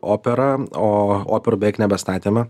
opera o operų beveik nebestatėme